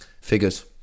figures